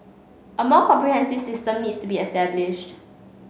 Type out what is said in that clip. a more comprehensive system needs to be established